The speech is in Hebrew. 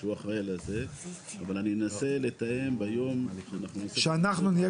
אבל אני אנסה לתאם ביום שיהלום,